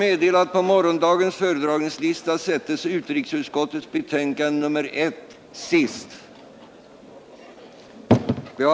11.00.